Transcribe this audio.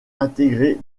intégrée